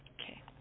Okay